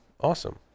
awesome